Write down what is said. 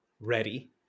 Ready